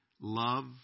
love